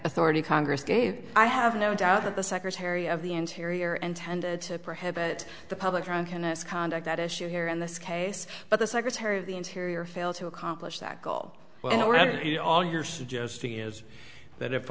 authority congress gave i have no doubt that the secretary of the interior and tended to prohibit the public drunkenness conduct at issue here in this case but the secretary of the interior fail to accomplish that goal well you know all you're suggesting is that if